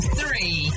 three